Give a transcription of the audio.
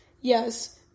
Yes